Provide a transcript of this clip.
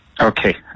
Okay